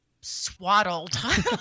swaddled